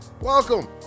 welcome